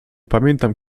pamiętam